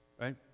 right